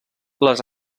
les